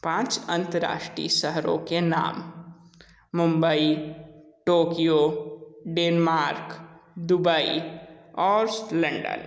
पाँच अन्तर्राष्ट्रीय शहरों के नाम मुंबई टोक्यो डेनमार्क दुबई और लंडन